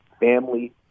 family